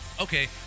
Okay